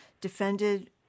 defended